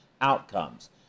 outcomes